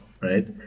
right